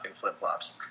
flip-flops